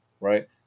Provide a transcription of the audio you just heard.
Right